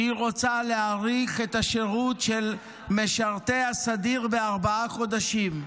שהיא רוצה להאריך את השירות של משרתי הסדיר בארבעה חודשים,